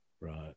Right